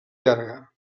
llarga